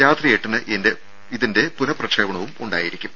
രാത്രി എട്ടിന് ഇതിന്റെ പുനപ്രക്ഷേപണവും ഉണ്ടായിരിക്കും